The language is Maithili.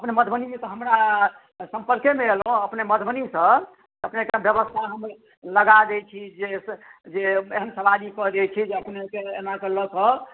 अपने मधुबनीसँ हमरा सम्पर्केमे एलहुँ अपने मधुबनीसँ अपनेके व्यवस्था हम लगा दैत छी जे जे एहन सवारी कऽ दैत छी जे अपनेके एनाके लऽ कऽ